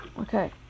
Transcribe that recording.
Okay